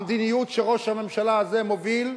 המדיניות שראש הממשלה הזה מוביל,